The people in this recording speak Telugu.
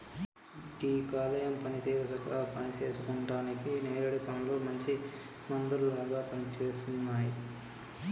గీ కాలేయం పనితీరుని సక్కగా సేసుకుంటానికి నేరేడు పండ్లు మంచి మందులాగా పనిసేస్తున్నాయి